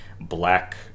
black